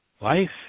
Life